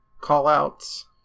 call-outs